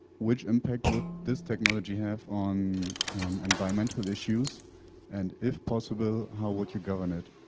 which impact would this technology have on environmental issues and if possible, how would you govern it?